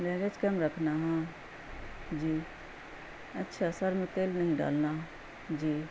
لریج کم رکھنا ہ جی اچھا سر میں تیل نہیں ڈالنا جی